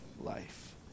life